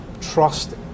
trust